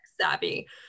savvy